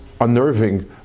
unnerving